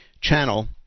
channel